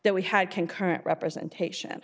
that we had concurrent representation